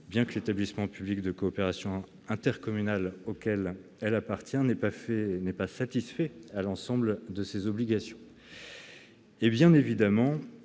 même si l'établissement public de coopération intercommunale auquel elles appartiennent n'a pas satisfait à l'ensemble de ses obligations. Enfin, bien évidemment,